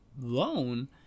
loan